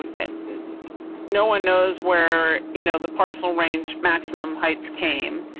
um no, one knows where you know the parcel range maximum height came.